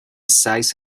size